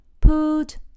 Put